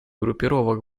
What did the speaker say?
группировок